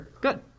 Good